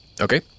Okay